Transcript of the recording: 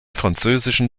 französischen